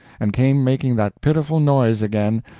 and came making that pitiful noise again,